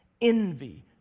envy